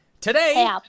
Today